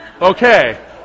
Okay